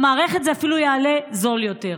למערכת זה אפילו יעלה זול יותר.